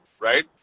right